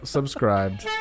Subscribed